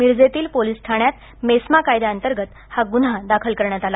मिरजेतील पोलीस ठाण्यात मेस्मा कायद्या अंतर्गत हा गुन्हा दाखल करण्यात आला